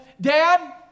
Dad